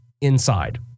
inside